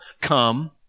come